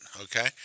okay